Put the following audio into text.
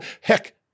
heck